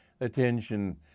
attention